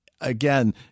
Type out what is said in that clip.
again